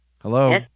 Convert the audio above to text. Hello